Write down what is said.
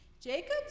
Jacob